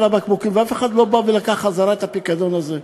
הבקבוקים ואף אחד לא בא ולקח חזרה את הפיקדון הזה.